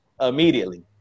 immediately